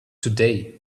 today